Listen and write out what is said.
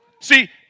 See